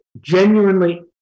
genuinely